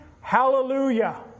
hallelujah